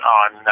on